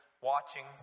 watching